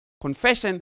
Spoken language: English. confession